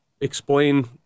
explain